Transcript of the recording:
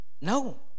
no